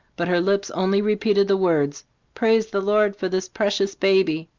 but her lips only repeated the words praise the lord for this precious baby!